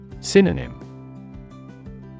Synonym